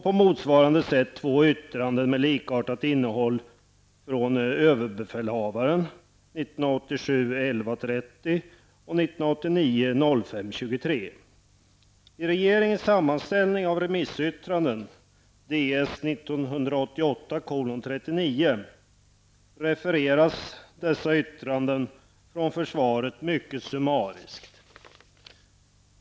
På motsvarande sätt finns två yttranden med likartat innehåll från överbefälhavaren av den 30 november Ds1988:39, refereras dessa yttranden från försvaret mycket summariskt.